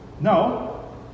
No